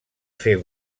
fer